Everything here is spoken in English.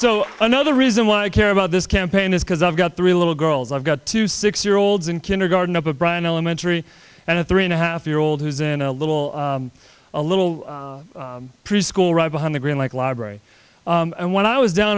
so another reason why i care about this campaign is because i've got three little girls i've got two six year olds in kindergarten up of bryan elementary and a three and a half year old who's in a little a little preschool right behind the green like library and when i was down